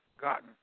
gotten